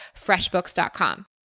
FreshBooks.com